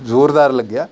ਜੋਰਦਾਰ ਲੱਗਿਆ